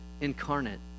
incarnate